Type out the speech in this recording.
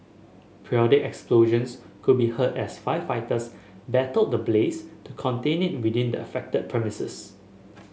periodic explosions could be heard as firefighters battle the blaze to contain it within the affected premises